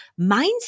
mindset